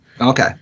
Okay